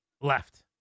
Left